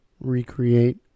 recreate